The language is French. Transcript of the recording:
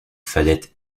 fallait